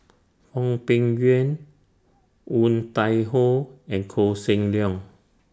Hwang Peng Yuan Woon Tai Ho and Koh Seng Leong